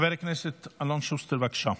חבר הכנסת אלון שוסטר, בבקשה.